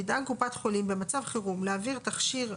תדאג קופת חולים במצב חירום להעביר תכשיר,